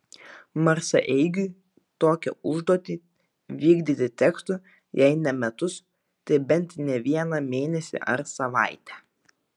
marsaeigiui tokią užduotį vykdyti tektų jei ne metus tai bent ne vieną mėnesį ar savaitę